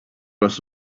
was